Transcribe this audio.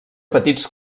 petits